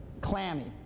clammy